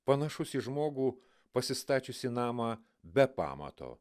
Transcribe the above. panašus į žmogų pasistačiusį namą be pamato